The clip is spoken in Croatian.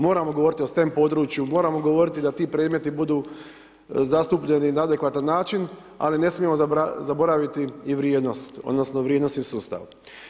Moramo govoriti o STEM području, moramo govoriti da ti predmeti budu zastupljeni na adekvatan način, ali ne smijemo zaboraviti i vrijednost, odnosno vrijednosni sustav.